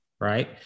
right